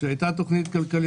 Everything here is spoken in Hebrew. כשהייתה תוכנית כלכלית,